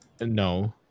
no